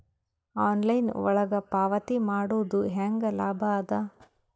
Online ಒಳಗ ಪಾವತಿ ಮಾಡುದು ಹ್ಯಾಂಗ ಲಾಭ ಆದ?